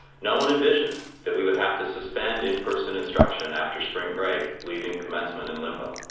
no one envisioned that we would have to suspend in-person instruction after spring break, leaving commencement in limbo.